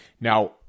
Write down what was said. Now